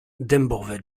dębowe